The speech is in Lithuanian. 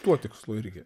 tuo tikslu irgi